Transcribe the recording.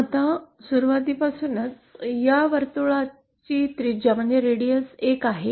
आता सुरवातीपासून या वर्तुळाची त्रिज्या 1 आहे